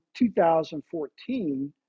2014